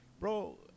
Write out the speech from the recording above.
bro